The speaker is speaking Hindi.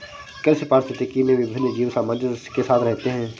कृषि पारिस्थितिकी में विभिन्न जीव सामंजस्य के साथ रहते हैं